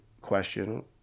question